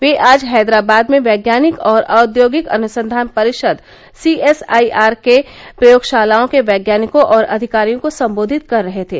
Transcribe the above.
वे आज हैदराबाद में वैज्ञानिक और औद्योगिक अनुसंधान परिषद सी एस आई आर के प्रयोगशालाओं के वैज्ञानिकों और अधिकारियोंको संबोधित कर रहे थे